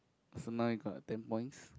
so now I got ten points